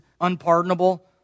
unpardonable